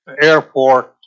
airport